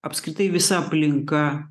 apskritai visa aplinka